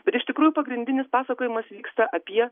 bet iš tikrųjų pagrindinis pasakojimas vyksta apie